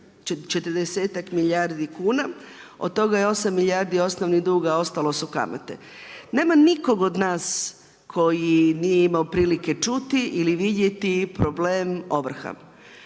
milijardi kuna. Od toga je 8 milijardi osnovni dug, a ostalo su kamate. Nema nikog od nas koji nije imao prilike čuti ili vidjeti problem ovrha.